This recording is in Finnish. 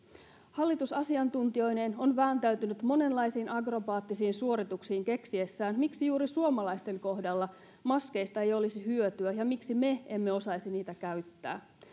hallitus asiantuntijoineen on vääntäytynyt monenlaisiin akrobaattisiin suorituksiin keksiessään miksi juuri suomalaisten kohdalla maskeista ei olisi hyötyä ja miksi me emme osaisi niitä käyttää